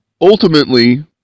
ultimately